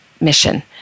mission